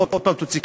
עוד הפעם תוציא כסף,